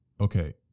okay